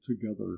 together